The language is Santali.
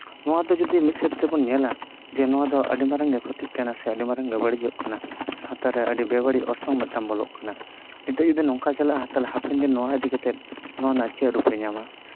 ᱱᱚᱣᱟ ᱫᱚ ᱡᱩᱫᱤ ᱢᱤᱫ ᱥᱮᱫ ᱛᱮᱵᱚᱱ ᱧᱮᱞᱟ ᱡᱮ ᱱᱚᱣᱟ ᱫᱚ ᱟᱹᱰᱤ ᱢᱟᱨᱟᱝ ᱜᱮ ᱠᱷᱚᱛᱤᱜ ᱠᱟᱱᱟ ᱥᱮ ᱟᱹᱰᱤ ᱢᱟᱨᱟᱝ ᱜᱮ ᱵᱟᱹᱲᱤᱡᱚᱜ ᱠᱟᱱᱟ ᱥᱟᱶᱛᱟ ᱢᱤᱫᱴᱟᱝ ᱵᱮᱵᱟᱹᱲᱤᱡ ᱚᱨᱥᱚᱝ ᱢᱤᱫᱴᱟᱝ ᱵᱚᱞᱚᱜ ᱠᱟᱱᱟ ᱱᱤᱛᱚᱜ ᱡᱚᱫᱤ ᱱᱚᱝᱠᱟ ᱪᱟᱞᱟᱜᱼᱟ ᱛᱟᱦᱚᱞᱮ ᱦᱟᱯᱮᱱ ᱫᱤᱱ ᱱᱚᱣᱟ ᱤᱫᱤ ᱠᱟᱛᱮᱜ ᱱᱚᱣᱟ ᱨᱮᱱᱟᱜ ᱪᱮᱫ ᱨᱩᱯᱮ ᱧᱟᱢᱟ